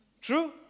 True